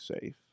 safe